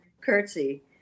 curtsy